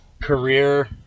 career